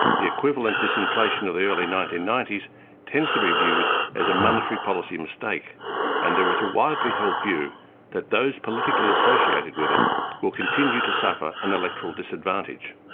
the equivalent disinflation of the early nineteen ninety s tends to be viewed as a monetary policy mistake and there was a widely held view that those politically associated with it will continue to suffer an electoral disadvantage.